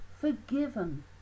forgiven